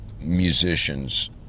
musicians